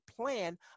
plan